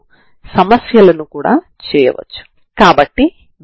మీరు t ని నిర్ణయిస్తారు మరియు xx0 ct0 నుండి xx0ct0 లైన్ వరకు తీసుకుంటారు